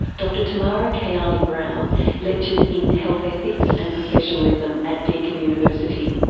dr tamara kayali browne lectures in health ethics and professionalism at deakin university.